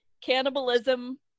Cannibalism